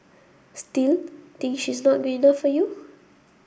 still think she's not good enough for you